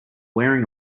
wearing